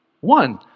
one